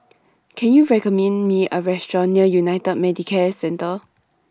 Can YOU recommend Me A Restaurant near United Medicare Centre